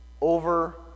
over